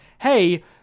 hey